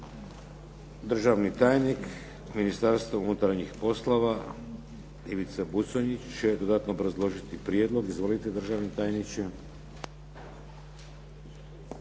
Državni tajnik Ministarstva unutarnjih poslova Ivica Buconjić će dodatno obrazložiti prijedlog. Izvolite državni tajniče.